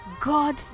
God